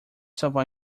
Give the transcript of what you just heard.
salvar